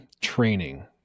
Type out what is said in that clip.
training